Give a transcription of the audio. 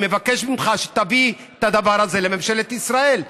אני מבקש ממך שתביא את הדבר הזה לממשלת ישראל,